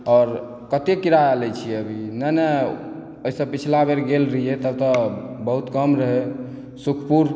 आओर कते किराया लै छियै अभी एहिसँ पछिला बेर गेल रहिए तऽ बहुत कम रहय सुखपुर